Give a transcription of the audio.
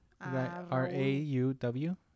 R-A-U-W